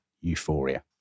euphoria